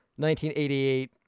1988